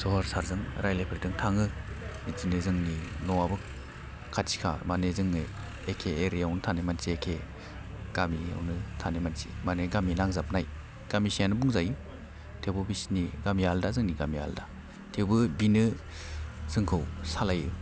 जहर सारजों रायज्लायफेरदों थाङो बिदिनो जोंनि न'आबो खाथिखा माने जोंनि एखे एरियायावनो थानाय मोनसे एखे गामियावनो थानाय मोनसे माने गामि नांजाबनाय गामिसेयानो बुंजायो थेवबो बिसिनि गामिया आलदा जोंनि गामिया आलदा थेवबो बिनो जोंखौ सालायो